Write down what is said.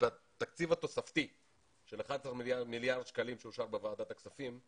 שבתקציב התוספתי של 11 מיליארד שקלים שאושר בוועדת הכספים,